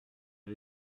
que